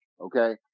Okay